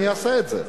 אני אעשה את זה.